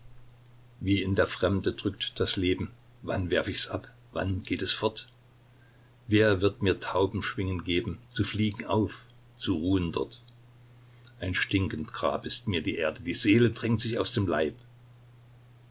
wie in der fremde drückt das leben wann werf ich's ab wann geht es fort wer wird mir taubenschwingen geben zu fliegen auf zu ruhen dort ein stinkend grab ist mir die erde die seele drängt sich aus dem leib